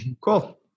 Cool